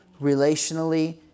relationally